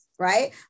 right